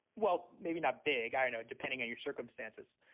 well, maybe not big, i know, depending on your circumstances.